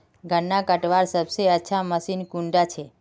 गन्ना कटवार सबसे अच्छा मशीन कुन डा छे?